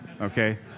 okay